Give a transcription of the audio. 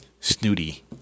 snooty